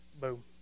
boom